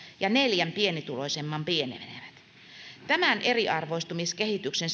ja neljän pienituloisemman pienenevät tämän eriarvoistumiskehityksen